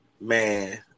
Man